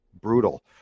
brutal